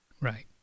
Right